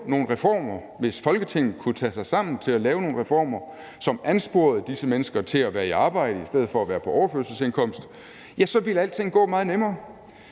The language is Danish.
nogle reformer; hvis Folketinget kunne tage sig sammen til at lave nogle reformer, som ansporede disse mennesker til at være i arbejde i stedet for at være på overførselsindkomst, ja, så ville alting gå meget nemmere.